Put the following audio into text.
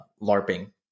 LARPing